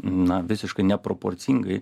na visiškai neproporcingai